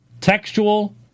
textual